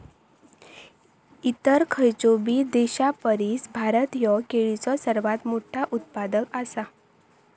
इतर खयचोबी देशापरिस भारत ह्यो केळीचो सर्वात मोठा उत्पादक आसा